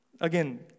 again